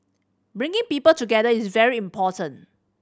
bringing people together is very important